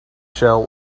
shell